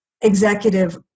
executive